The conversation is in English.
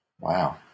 Wow